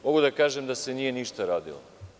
Mogu da kažem da se nije ništa radilo.